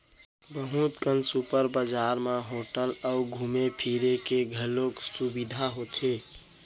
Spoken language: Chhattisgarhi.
बहुत कन सुपर बजार म होटल अउ घूमे फिरे के घलौक सुबिधा होथे